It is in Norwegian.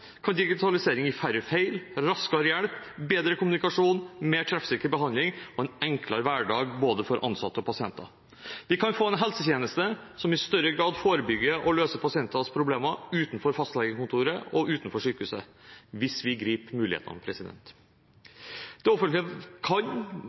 kan digitalisering gi færre feil, raskere hjelp, bedre kommunikasjon, mer treffsikker behandling og en enklere hverdag for både ansatte og pasienter. Vi kan få en helsetjeneste som i større grad forebygger og løser pasienters problemer utenfor fastlegekontoret og utenfor sykehuset – hvis vi griper mulighetene.